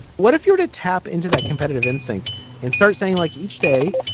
what if you were to tap into that competitive instinct and start saying, like, each day,